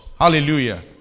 hallelujah